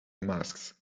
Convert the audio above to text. masks